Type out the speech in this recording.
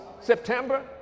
September